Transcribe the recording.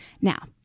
Now